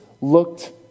looked